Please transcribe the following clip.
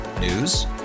News